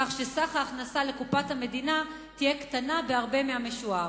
כך שסך ההכנסה לקופת המדינה יהיה קטן בהרבה מהמשוער.